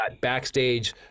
backstage –